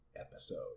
episode